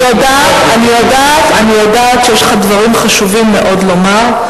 אני יודעת שיש לך דברים חשובים מאוד לומר,